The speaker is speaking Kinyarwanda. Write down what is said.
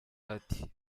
ati